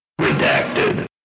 Redacted